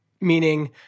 meaning